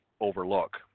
overlook